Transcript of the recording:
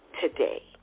today